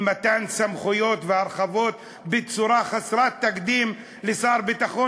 עם מתן סמכויות והרחבות בצורה חסרת תקדים לשר הביטחון